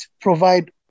provide